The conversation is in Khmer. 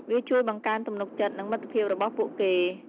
វាជួយបង្កើនទំនុកចិត្ត និងមិត្តភាពរបស់ពួកគេ។